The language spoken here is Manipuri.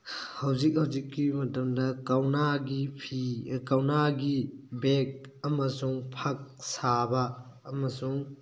ꯍꯧꯖꯤꯛ ꯍꯧꯖꯤꯛꯀꯤ ꯃꯇꯝꯗ ꯀꯧꯅꯥꯒꯤ ꯐꯤ ꯀꯧꯅꯥꯒꯤ ꯕꯦꯒ ꯑꯃꯁꯨꯡ ꯐꯛ ꯁꯥꯕ ꯑꯃꯁꯨꯡ